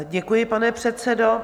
Děkuji, pane předsedo.